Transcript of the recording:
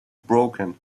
broken